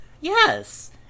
Yes